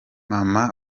maman